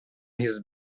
his